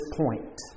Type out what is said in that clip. point